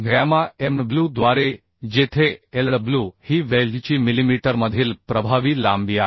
gamma mw द्वारे जेथे Lw ही वेल्डची मिलिमीटरमधील प्रभावी लांबी आहे